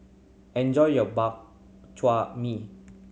enjoy your Bak Chor Mee